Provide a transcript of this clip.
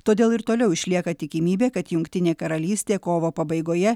todėl ir toliau išlieka tikimybė kad jungtinė karalystė kovo pabaigoje